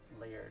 layered